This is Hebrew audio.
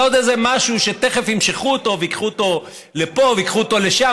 על עוד איזה משהו שתכף ימשכו אותו וייקחו אותו לפה וייקחו אותו לשם